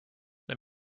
let